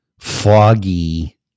foggy